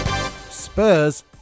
Spurs